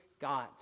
God